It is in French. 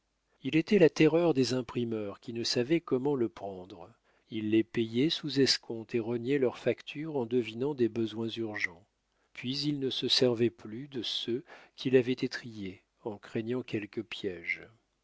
il était la terreur des imprimeurs qui ne savaient comment le prendre il les payait sous escompte et rognait leurs factures en devinant des besoins urgents puis il ne se servait plus de ceux qu'il avait étrillés en craignant quelque piége